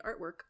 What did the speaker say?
artwork